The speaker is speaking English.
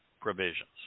provisions